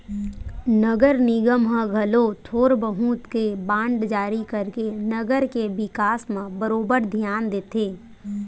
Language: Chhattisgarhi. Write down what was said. नगर निगम ह घलो थोर बहुत के बांड जारी करके नगर के बिकास म बरोबर धियान देथे